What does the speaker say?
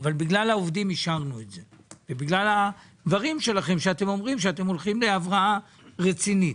אישרנו זאת בגלל העובדים ובגלל שאמרתם שאתם הולכים להבראה רצינית.